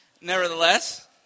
Nevertheless